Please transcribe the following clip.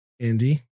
Andy